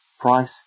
price